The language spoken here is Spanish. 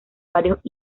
varios